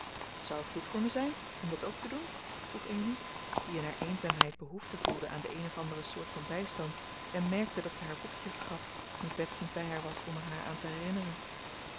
zou het goed voor me zijn om dat ook te doen vroeg amy die in haar eenzaamheid behoefte voelde aan de een of andere soort van bijstand en merkte dat ze haar boekje vergat nu bets niet bij haar was om er haar aan te herinneren